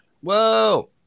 Whoa